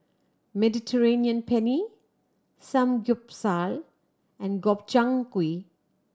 Mediterranean Penne Samgyeopsal and Gobchang Gui